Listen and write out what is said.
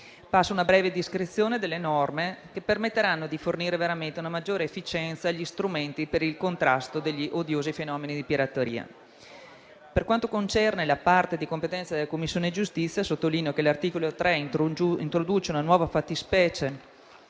Passo a una breve descrizione delle norme che permetteranno di rendere più efficienti gli strumenti per il contrasto degli odiosi fenomeni di pirateria. Per quanto concerne la parte di competenza della Commissione giustizia, sottolineo che l'articolo 3 introduce una nuova fattispecie